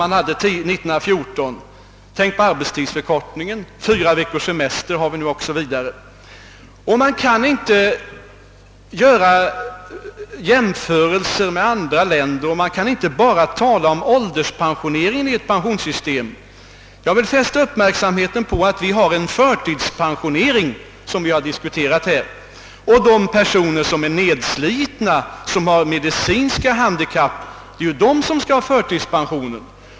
Jag erinrar om arbetstidsförkortningen, fyraveckorssemestern o. s. v. Man kan inte göra jämförelser med andra länder, och man kan inte bara tala om ålderspensionering i ett pensionssystem. Jag vill också fästa uppmärksamheten på att det är förtidspensionering som vi här diskuterat. Det är ju de människor, som är nedslitna och har medicinska handikapp, som skall ha förtidspension.